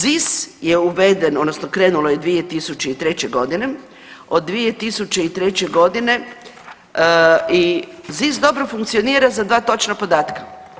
ZIS je uveden odnosno krenulo je 2003. godine, od 2003. godine i ZIS dobro funkcionira za dva točna podatka.